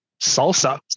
salsa